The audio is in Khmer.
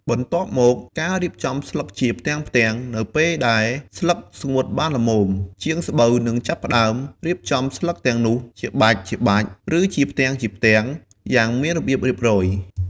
បន្ទាប់ម ការរៀបស្លឹកជាផ្ទាំងៗ នៅពេលដែលស្លឹកស្ងួតបានល្មម ជាងស្បូវនឹងចាប់ផ្ដើម រៀបស្លឹកទាំងនោះជាបាច់ៗ ឬជាផ្ទាំងៗ យ៉ាងមានរបៀបរៀបរយ។